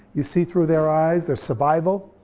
you see through their eyes, their survival,